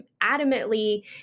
adamantly